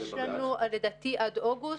יש לנו עד חודש אוגוסט.